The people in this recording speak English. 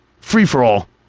free-for-all